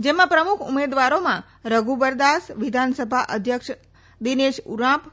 જેમાં પ્રમુખ ઉમેદવારોમાં રધુબરદાસ વિધાનસભા અધ્યક્ષ દિનેશ ઉરાંપ